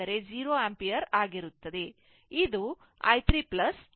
ಈಗ ಇದು i3 ಮತ್ತು ಇದು ವೋಲ್ಟೇಜ್ ಎಂದು ಕರೆಯುತ್ತೀರಿ